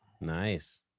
Nice